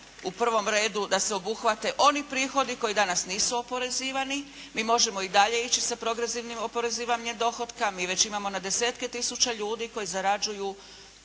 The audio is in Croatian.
u prvom redu da se obuhvate oni prihodi koji danas nisu oporezivani. Mi možemo i dalje ići sa progresivnim oporezivanjem dohotka, mi već imamo na desetke tisuća ljudi koji zarađuju